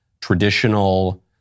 traditional